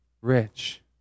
rich